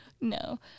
No